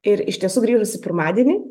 ir iš tiesų grįžusi pirmadienį